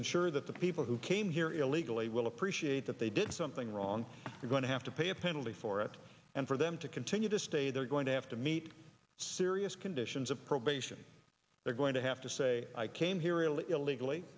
ensure that the people who came here illegally will appreciate that they did something wrong they're going to have to pay a penalty for it and for them to continue to stay they're going to have to meet serious conditions of probation they're going to have to say i came here illegally